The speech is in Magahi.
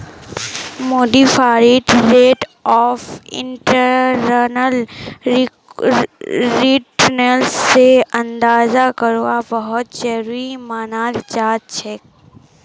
मॉडिफाइड रेट ऑफ इंटरनल रिटर्नेर सही अंदाजा करवा बहुत जरूरी मनाल जाछेक